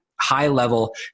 high-level